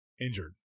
injured